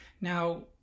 now